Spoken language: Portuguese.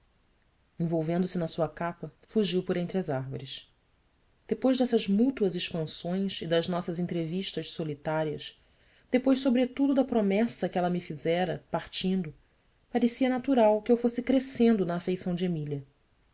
envolvendo-se na sua capa fugiu por entre as árvores depois dessas mútuas expansões e das nossas entrevistas solitárias depois sobretudo da promessa que ela me fizera partindo parecia natural que eu fosse crescendo na afeição de emília